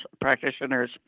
practitioners